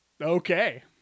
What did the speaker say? Okay